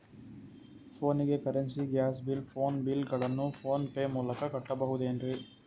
ಫೋನಿಗೆ currency, gas bill, phone bill ಗಳನ್ನು PhonePe ಮೂಲಕ ಕಟ್ಟಬಹುದೇನ್ರಿ?